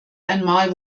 einmal